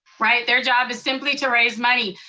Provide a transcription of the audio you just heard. right? their job is simply to raise money.